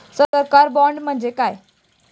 सरकारी बाँड म्हणजे काय?